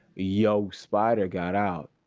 yo spider got out.